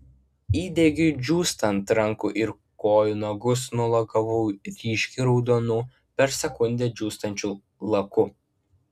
įdegiui džiūstant rankų ir kojų nagus nulakavau ryškiai raudonu per sekundę džiūstančių laku